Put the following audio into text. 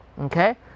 okay